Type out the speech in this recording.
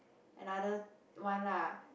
another one lah